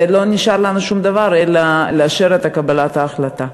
לא נשאר לנו אלא לאשר את קבלת ההחלטה.